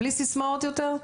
בלי סיסמאות יותר?